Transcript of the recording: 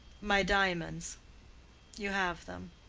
my diamonds you have them.